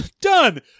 Done